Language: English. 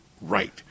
right